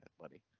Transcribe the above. buddy